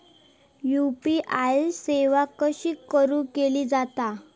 UPI सेवा कशी सुरू केली जाता?